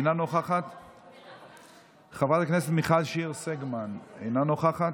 אני עכשיו באה אחרי שאני רואה את מאי גולן בוכה,